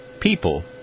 people